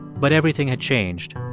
but everything had changed.